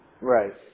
Right